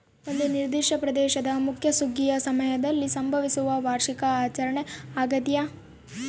ಒಂದು ನಿರ್ದಿಷ್ಟ ಪ್ರದೇಶದ ಮುಖ್ಯ ಸುಗ್ಗಿಯ ಸಮಯದಲ್ಲಿ ಸಂಭವಿಸುವ ವಾರ್ಷಿಕ ಆಚರಣೆ ಆಗ್ಯಾದ